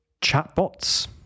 chatbots